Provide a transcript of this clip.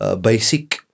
basic